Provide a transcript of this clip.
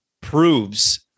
proves